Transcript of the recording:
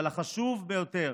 אבל החשוב ביותר,